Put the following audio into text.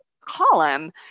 column